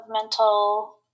mental